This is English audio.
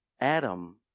Adam